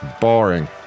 Boring